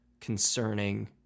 concerning